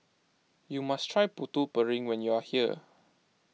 you must try Putu Piring when you are here